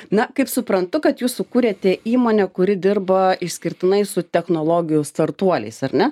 na kaip suprantu kad jūs sukūrėte įmonę kuri dirba išskirtinai su technologijų startuoliais ar ne